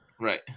Right